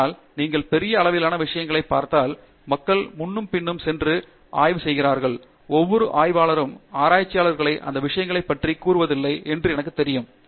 ஆனால் நீங்கள் பெரிய அளவிலான விஷயங்களைப் பார்த்தால் மக்கள் முன்னும் பின்னும் சென்று ஆய்வு செய்கிறார்கள் ஒவ்வொரு ஆய்வாளரும் ஆராய்ச்சியாளர்கள் அந்த விஷயங்களைப் பற்றிக் கூறுவதற்கில்லை என்று எனக்குத் தெரியும்